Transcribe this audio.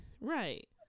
Right